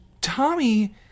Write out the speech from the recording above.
Tommy